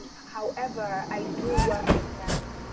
however, i do work with men.